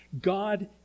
God